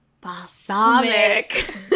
balsamic